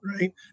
right